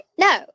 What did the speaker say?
no